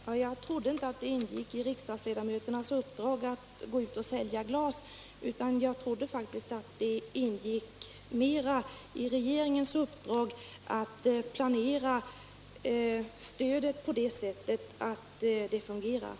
Herr talman! Jag trodde inte att det ingick i riksdagsledamöternas uppdrag att gå ut och sälja glas. Däremot trodde jag faktiskt att det ingick i regeringens uppdrag att planera stödet på det sättet att det fungerade.